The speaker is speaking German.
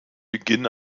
beginn